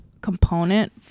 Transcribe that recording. component